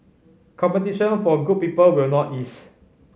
competition for good people will not ease